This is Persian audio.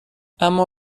اما